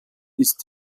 ist